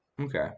Okay